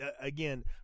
again